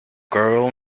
girl